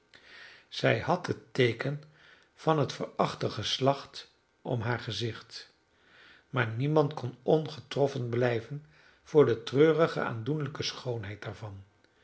zij had het teeken van het verachte geslacht om haar gezicht maar niemand kon ongetroffen blijven voor de treurige aandoenlijke schoonheid daarvan